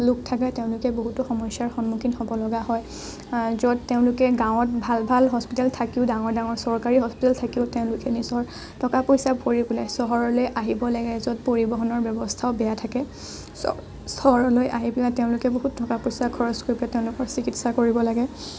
লোক থাকে তেওঁলোকে বিভিন্ন সমস্যাৰ সন্মুখীন হ'ব লগা হয় য'ত তেওঁলোকে গাঁৱত ভাল ভাল হস্পিতাল থাকিও ডাঙৰ ডাঙৰ চৰকাৰী হস্পিতাল থাকিও তেওঁলোকে নিজৰ টকা পইচা ভৰি পেলাই চহৰলে আহিব লাগে য'ত পৰিৱহণৰ ব্যৱস্থাও বেয়া চহৰলৈ আহি পেলাই তেওঁলোকে বহুত টকা পইচা খৰচ কৰি পেলে তেওঁলোকৰ চিকিৎসা কৰিব লাগে